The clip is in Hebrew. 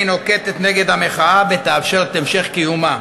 נוקטת נגד המחאה ותאפשר את המשך קיומה.